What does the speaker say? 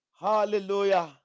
hallelujah